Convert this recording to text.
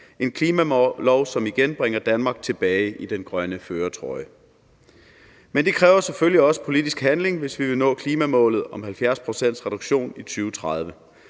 en klimalov, som igen bringer Danmark tilbage i den grønne førertrøje Men det kræver selvfølgelig også politisk handling, hvis vi vil nå klimamålet om 70 pct. reduktion i 2030,